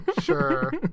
sure